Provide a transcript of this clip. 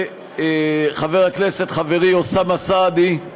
וחבר הכנסת חברי אוסאמה סעדי,